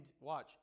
watch